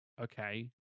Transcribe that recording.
Okay